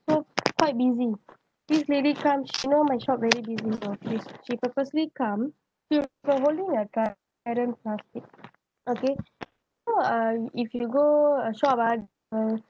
so quite busy this lady come she know my shop very busy also she purposely come holding a okay so uh if you go a shop ah